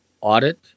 audit